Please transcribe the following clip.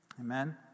Amen